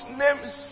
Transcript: name's